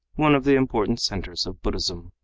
one of the important centers of buddhism.